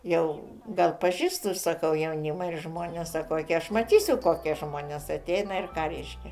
jau gal pažįstu sakau jaunimą ir žmonės sako aš matysiu kokia manęs ateina ir ką reiškia